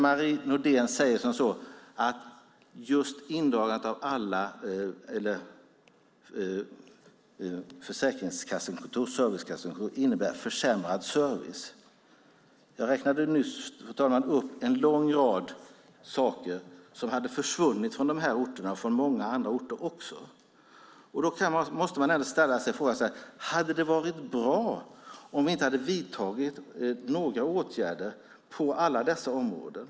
Marie Nordén säger att just indragandet av alla Försäkringskassans servicekontor innebär försämrad service. Jag räknade nyss upp en lång rad saker, fru talman, som har försvunnit från dessa orter och från många andra orter också. Man måste ställa sig frågan: Hade det varit bra om vi inte hade vidtagit några åtgärder på alla dessa områden?